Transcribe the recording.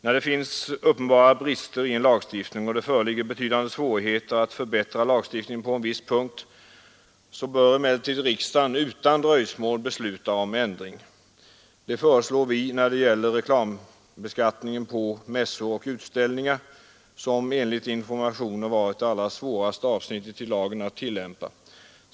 När det finns uppenbara brister i en lagstiftning och det föreligger betydande svårigheter att förbättra lagstiftningen på en viss punkt, bör riksdagen utan dröjsmål besluta om ändring. Det föreslår vi när det gäller reklambeskattningen av mässor och utställningar, som enligt informationer varit det allra svåraste avsnittet i lagen att tillämpa.